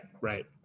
right